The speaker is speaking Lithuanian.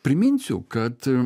priminsiu kad